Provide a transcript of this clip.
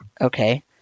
Okay